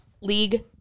league